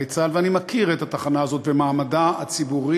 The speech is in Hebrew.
צה"ל" ואני מכיר את התחנה הזאת ואת מעמדה הציבורי.